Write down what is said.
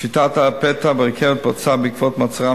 שביתת הפתע ברכבת נוצרה בעקבות מעצרם,